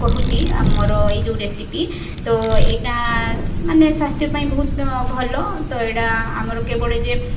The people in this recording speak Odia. କହୁଚି ଆମର ଏଇ ଯେଉଁ ରେସିପି ତ ଏଇଟା ମାନେ ସ୍ୱାସ୍ଥ୍ୟ ପାଇଁ ବହୁତ ଭଲ ତ ଏଇଟା ଆମର କେବଳ ଯେ